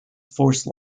force